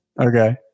okay